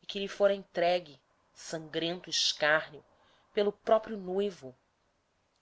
e que lhe fora entregue sangrento escárnio pelo próprio noivo